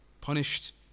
punished